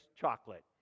chocolate